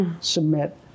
submit